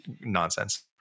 nonsense